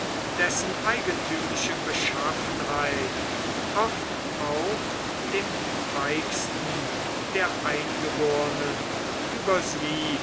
dessen eigentümliche beschaffenheit oft auch dem feigsten der eingebornen über sie